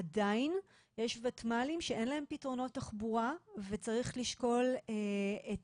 עדין יש ותמ"לים שאין להם פתרונות תחבורה וצריך לשקול את